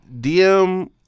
DM